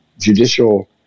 judicial